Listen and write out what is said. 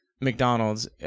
McDonald's